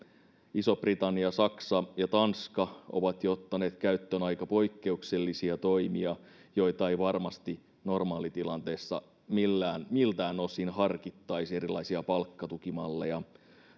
iso britannia saksa ja tanska ovat jo ottaneet käyttöön aika poikkeuksellisia toimia joita ei varmasti normaalitilanteessa miltään osin harkittaisi erilaisia palkkatukimalleja